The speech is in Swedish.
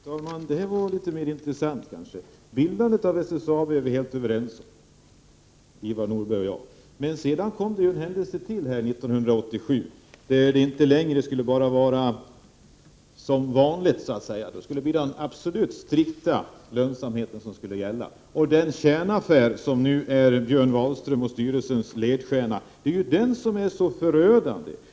Fru talman! Det var litet mer intressant. Vad gäller bildändet av SSAB är Ivar Nordberg och jag helt överens. Men sedan kom ytterligare en händelse 1987, när det bestämdes att en absolut strikt lönsamhet skulle gälla. Det är den kärnaffär som är Björn Wahlströms och SSAB-styrelsens ledstjärna som är så förödande.